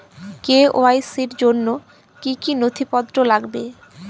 KYC র জন্য কি কি নথিপত্র লাগবে?